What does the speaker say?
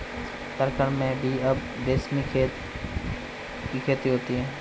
झारखण्ड में भी अब रेशम की खेती होती है